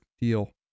deal